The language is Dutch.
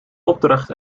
opdracht